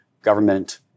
government